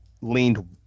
leaned